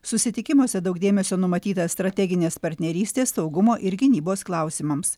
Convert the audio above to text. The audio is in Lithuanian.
susitikimuose daug dėmesio numatyta strateginės partnerystės saugumo ir gynybos klausimams